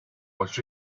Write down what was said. was